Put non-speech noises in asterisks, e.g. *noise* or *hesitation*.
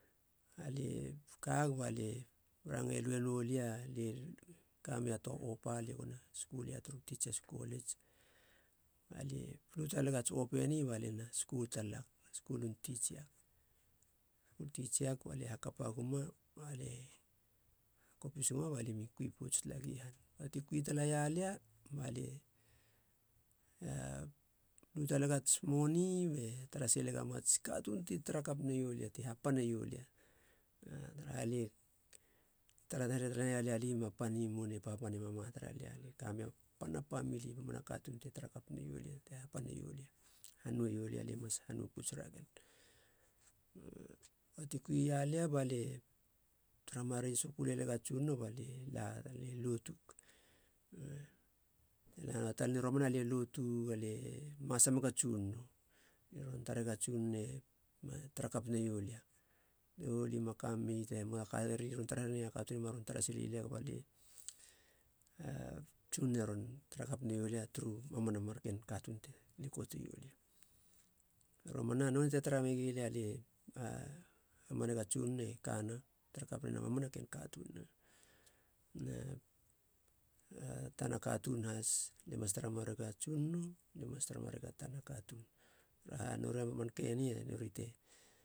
Lie kag balie range lue nolia lie kamea toa opa lie gona skul ia turu titsias kolits balie lu taleg ats opa mena skul talag skulin titsiag. Skul titsiag balie hakapa guma balie kopis guma balie mi kui pouts tala gi han. Ti kui talaia lia balie *hesitation* lu taleg atsmoni be tara sileg a mats katuun ti tara kap naiolia ti hapaneio lia taraha lie tara here tala neialia lie ma pan ie moune papa ne mama tara lia lie kameia panna pamili. Mamana katuun te tarakap neiolia te hapane iolia, hanoue iolia lie mas hanou pouts ragen. *hesitation* ti kui ialia balie tara marue soku lenega tsunono ba la lie lotug te la noa talani romana. Lie lotug alie masa mega tsunono lie ron tarege tsunono tara kap neiolia. lie ma kamei tema kaherei ron tara herene ii a katuun ima ron tara sile ii lia gaba lie, a tsunono e ron tarakap naiolia turu mamana marken katuun te likote iolia. Romana nonei te tara megilia lie hamanega tsunono e kana. Tara kap nena mamana ken katuun *hesitation* tana katuun has lie mas tara marue ga tsunono. Lie mas tara maruega tana katuun taraha nori a man keni nori te